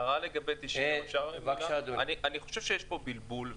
אני חושב שיש פה בלבול,